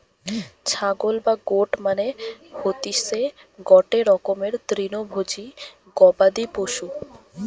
ছাগল বা গোট মানে হতিসে গটে রকমের তৃণভোজী গবাদি পশু